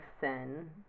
sin